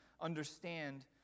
understand